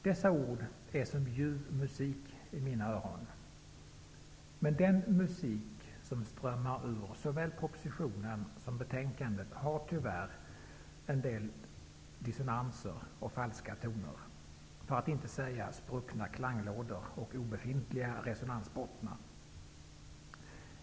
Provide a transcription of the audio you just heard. Dessa ord är som ljuv musik i mina öron -- men den ''musik'' som strömmar ur såväl propositionen som betänkandet störs tyvärr av en del dissonanser och falska toner, för att inte säga spruckna klanglådor och obefintliga resonansbottnar.